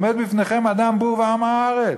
עומד בפניכם אדם בור ועם הארץ.